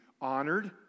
honored